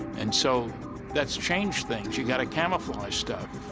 and so that's changed things. you got to camouflage stuff.